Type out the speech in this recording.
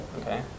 okay